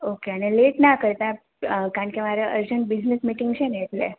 okay અને late ના કરતાં કારણ કે મારે અરજન્ટ બિઝનેસ મિટિંગ છે ને એટલે